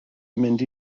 mynd